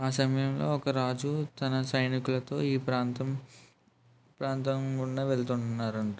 ఆ సమయంలో ఒక రాజు తన సైనికులతో ఈ ప్రాంతం ప్రాంతంగుండా వెళ్తున్నారంట